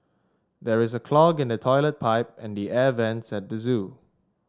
there is a clog in the toilet pipe and the air vents at the zoo